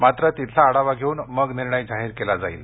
मात्र तिथला आढावा घेऊन मग निर्णय जाहीर केला जाईल